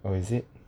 or is it